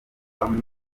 bamwe